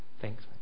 Thanks